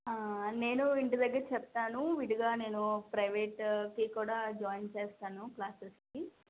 నేను ఇంటి దగ్గర చెప్తాను విడిగా నేను ప్రైవేట్కి కూడా జాయిన్ చేస్తాను క్లాసెస్కి